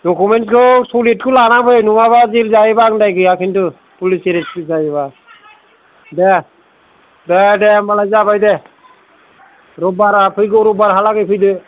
डकमेन्सखौ सलिदखौ लानाफै नङाबा जेल जायोबा आंनि दाय गैया खिन्थु फुलिस एरेस्ट फोर जायोबा दे दे दे होनबा लाय जाबाय दे रब्बारा फैगौ रबारहा लागै फैदो